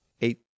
eight